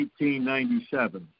1897